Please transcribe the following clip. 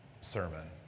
sermon